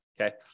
okay